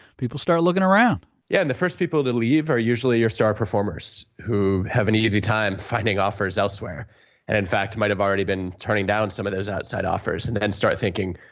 people start looking around yeah, and the first people to leave are usually your star performers who have an easy time finding offers elsewhere and, in fact, might have already been turning down some of those outside offers and then start thinking,